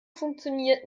funktioniert